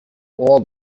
all